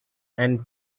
and